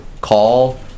call